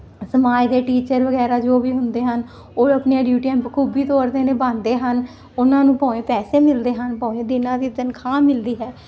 ਸਮਾਜ ਦੇ ਟੀਚਰ ਵਗੈਰਾ ਜੋ ਵੀ ਹੁੰਦੇ ਹਨ ਉਹ ਆਪਣੀਆਂ ਡਿਊਟੀਆਂ ਬਖੂਬੀ ਤੌਰ ਤੇ ਨਿਭਾਉਂਦੇ ਹਨ ਉਹਨਾਂ ਨੂੰ ਭਾਵੇਂ ਪੈਸੇ ਮਿਲਦੇ ਹਨ ਭਾਵੇਂ ਦਿਨਾਂ ਦੀ ਤਨਖਾਹ ਮਿਲਦੀ ਹੈ